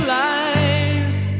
life